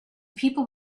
people